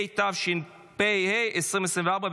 התשפ"ה 2024,